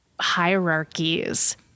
hierarchies